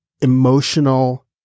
emotional